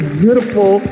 beautiful